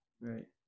Right